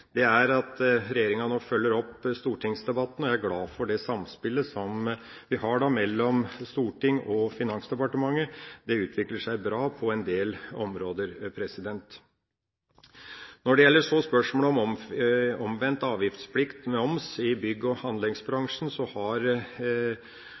eller andre tredjeparter. Regjeringa følger nå opp stortingsdebatten på dette området, og jeg er glad for det samspillet vi har mellom Stortinget og Finansdepartementet – det utvikler seg bra på en del områder. Når det gjelder spørsmålet om omvendt avgiftsplikt, moms, i bygg- og